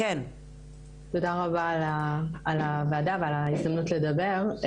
תודה רבה על הוועדה ועל ההזדמנות לדבר.